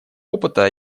опыта